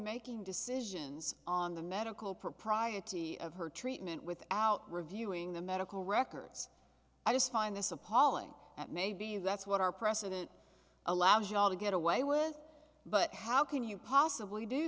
making decisions on the medical propriety of her treatment without reviewing the medical records i just find this appalling that maybe that's what our precedent allows you all to get away with but how can you possibly do